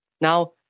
Now